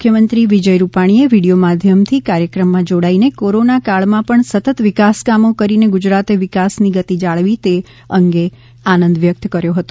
મુખ્યમંત્રી વિજય રૂપાણીએ વીડિયો માધ્યમથી કાર્યક્રમમાં જોડાઈને કોરોના કાળમાં પણ સતત વિકાસકામો કરીને ગુજરાતે વિકાસની ગતિ જાળવી તે અંગે આનંદ વ્યક્ત કર્યો હતો